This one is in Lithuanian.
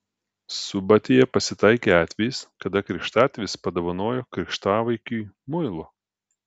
subatėje pasitaikė atvejis kada krikštatėvis padovanojo krikštavaikiui muilo